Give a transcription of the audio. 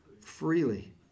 freely